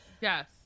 yes